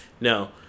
No